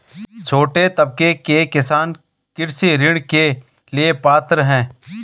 छोटे तबके के किसान कृषि ऋण के लिए पात्र हैं?